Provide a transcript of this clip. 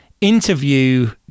interview